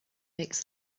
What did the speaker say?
makes